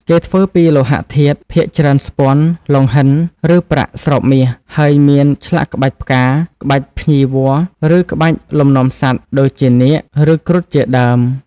គេធ្វើពីលោហៈធាតុ ភាគច្រើនស្ពាន់ លង្ហិន ឬប្រាក់ស្រោបមាស ហើយមានឆ្លាក់ក្បាច់ផ្កា ក្បាច់ភ្ញីវល្លិ ឬក្បាច់លំនាំសត្វ ដូចជានាគ ឬគ្រុឌ ជាដើម។